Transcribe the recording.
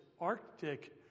Arctic